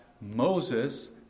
Moses